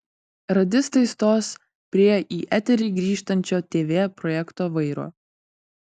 radistai stos prie į eterį grįžtančio tv projekto vairo